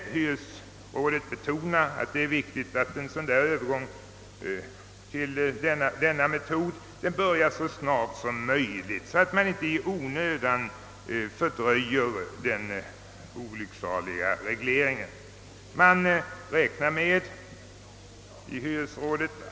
Hyresrådet betonar också vikten av att en sådan övergång göres så snart som möjligt, så att inte en avveckling av den olycksaliga regleringen fördröjes i onödan.